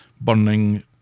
burning